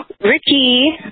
Ricky